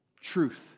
Truth